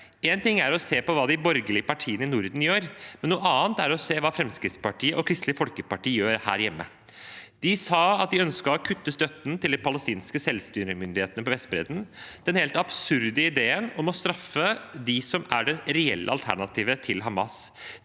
Én ting er å se på hva de borgerlige partiene i Norden gjør, men noe annet er å se hva Fremskrittspartiet og Kristelig Folkeparti gjør her hjemme. De sa at de ønsket å kutte støtten til de palestinske selvstyremyndighetene på Vestbredden – en helt absurd idé om å straffe dem som er det reelle alternativet til Hamas.